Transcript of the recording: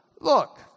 look